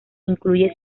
incluye